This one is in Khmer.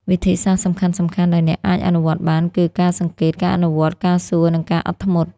វិធីសាស្រ្តសំខាន់ៗដែលអ្នកអាចអនុវត្តបាន គឺ ការសង្កេត ការអនុវត្តន៍ ការសួរ និងការអត់ធ្មត់។